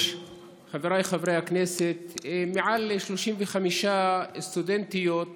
חבריי חברי הכנסת, מעל 35 סטודנטיות